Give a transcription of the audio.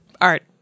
art